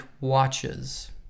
watches